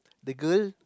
the girl